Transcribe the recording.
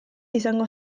izango